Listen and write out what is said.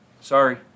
Sorry